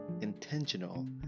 intentional